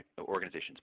organizations